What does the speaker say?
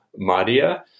Madia